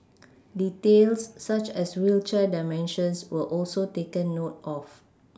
details such as wheelchair dimensions were also taken note of